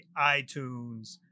iTunes